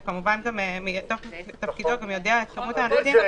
והוא כמובן מתוקף תפקידו גם יודע מה כמות האנשים,